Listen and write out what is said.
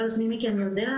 לא יודעת מי מכם יודע,